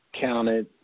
counted